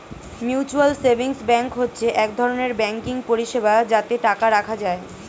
mutual savings bank হচ্ছে এক ধরনের ব্যাঙ্কিং পরিষেবা যাতে টাকা রাখা যায়